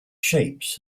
shapes